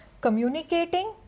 communicating